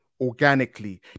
organically